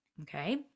Okay